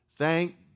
Thank